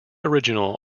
original